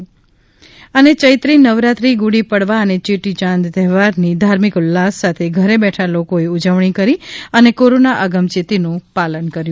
ત ચૈત્રી નવરાત્રિ ગુડી પડવા અને ચેટીયાંદ તહેવારની ધાર્મિક ઉલ્લાસ સાથે ઘેર બેઠા લોકોએ ઉજવણી કરી અને કોરોના અગમેચેતીનું પાલન કર્યું